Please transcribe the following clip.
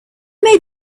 made